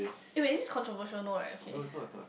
eh wait is this controversial no right okay